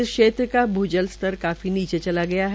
इस क्षेत्र का भूजल स्तर काफी नीचे चला गया है